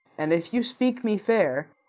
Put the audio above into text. and if you speak me fair,